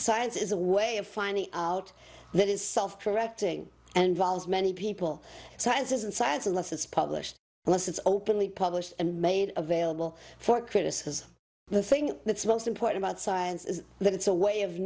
science is a way of finding out that is self correcting and vols many people science isn't science unless it's published unless it's openly published and made available for criticism the thing that's most important about science is that it's a way of